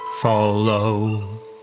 follow